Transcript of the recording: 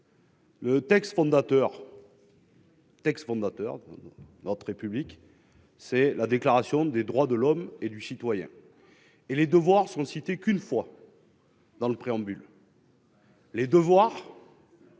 Le texte fondateur de notre République, c'est la Déclaration des droits de l'homme et du citoyen, dans laquelle les devoirs ne sont cités qu'une fois : dans le préambule. Les droits